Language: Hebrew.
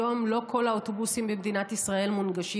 היום עדיין לא כל האוטובוסים במדינת ישראל מונגשים,